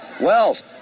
Wells